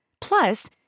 Plus